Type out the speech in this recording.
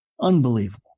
Unbelievable